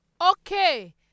Okay